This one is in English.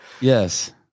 yes